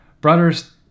brothers